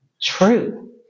true